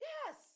Yes